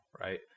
right